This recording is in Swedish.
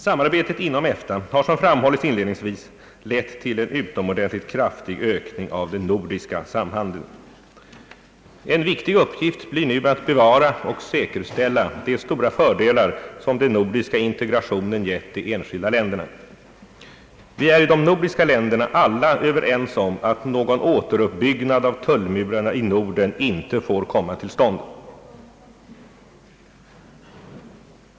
Samarbetet inom EFTA har som framhållits inledningsvis lett till en utomordentligt kraftig ökning av den nordiska samhandeln. En viktig uppgift blir nu att bevara och säkerställa de stora fördelar som den nordiska integrationen gett de enskilda länderna. Vi är i de nordiska länderna alla överens om att någon återuppbyggnad av tullmurarna i Norden inte får komma till stånd.